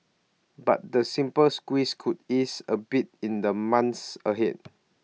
but the simple squeeze could ease A bit in the months ahead